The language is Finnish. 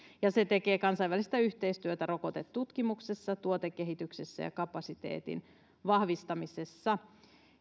ja se tekee kansainvälistä yhteistyötä rokotetutkimuksessa tuotekehityksessä ja kapasiteetin vahvistamisessa